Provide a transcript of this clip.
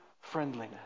friendliness